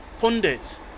pundits